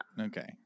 okay